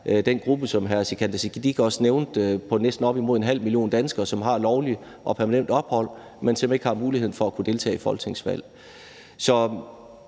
den gruppe, som hr. Sikandar Siddique også nævnte, på næsten op imod en halv million danskere, som har lovligt og permanent ophold, men som ikke har mulighed for at kunne deltage i folketingsvalg.